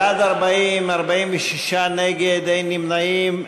בעד, 40, 46 נגד, אין נמנעים.